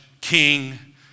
king